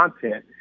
content